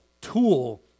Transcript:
tool